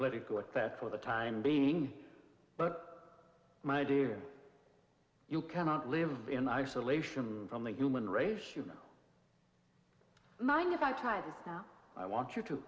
let it go at that for the time being but my dear you cannot live in isolation from the human race you mind if i try to i want you to